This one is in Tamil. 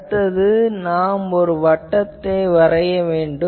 அடுத்தது நாம் ஒரு வட்டத்தை வரைய வேண்டும்